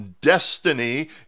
destiny